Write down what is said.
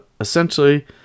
essentially